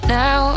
now